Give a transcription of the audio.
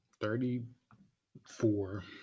Thirty-four